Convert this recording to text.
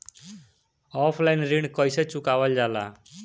Offline ऋण कइसे चुकवाल जाला?